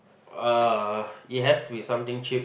uh it has to be something cheap